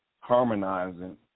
harmonizing